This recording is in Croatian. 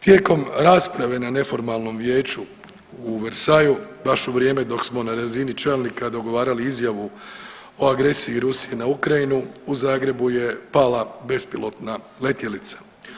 Tijekom rasprave na neformalnom vijeću u Versaillesu baš u vrijeme dok smo na razini čelnika dogovarali izjavu o agresiji Rusije na Ukrajine u Zagrebu je pala bespilotna letjelica.